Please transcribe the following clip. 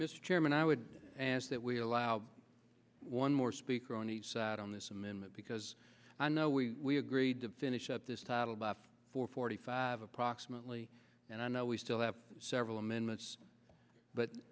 mr chairman i would ask that we allow one more speaker on each side on this amendment because i know we agreed to finish up this time about four forty five approximately and i know we still have several amendments but